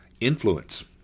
influence